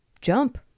jump